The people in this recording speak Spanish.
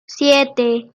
siete